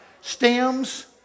stems